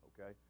Okay